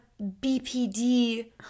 bpd